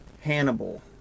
Hannibal